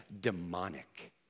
demonic